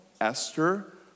Esther